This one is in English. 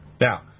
now